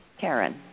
Karen